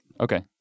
Okay